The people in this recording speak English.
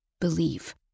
believe